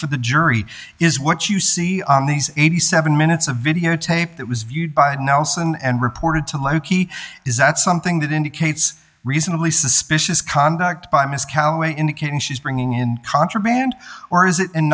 for the jury is what you see these eighty seven minutes of videotape that was viewed by nelson and reported to loki is that something that indicates reasonably suspicious conduct by ms callaway indicating she's bringing in contraband or is it